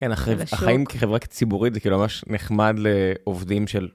כן, החיים כחברה ציבורית זה כאילו ממש נחמד לעובדים של...